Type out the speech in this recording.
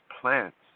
plants